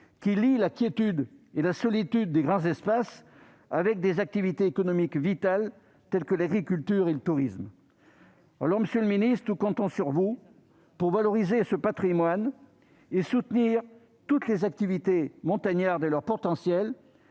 qui lie la quiétude et la solitude des grands espaces à des activités économiques vitales telles que l'agriculture et le tourisme. Monsieur le secrétaire d'État, nous comptons sur vous pour valoriser ce patrimoine et soutenir toutes les activités montagnardes et leurs potentiels.